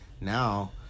now